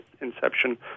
inception